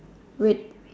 wait